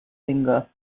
singer